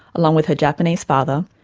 along with her japanese father,